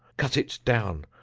cut it down,